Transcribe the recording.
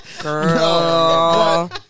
Girl